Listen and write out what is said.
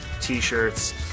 t-shirts